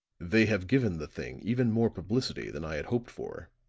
they have given the thing even more publicity than i had hoped for,